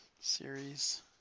series